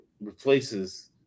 replaces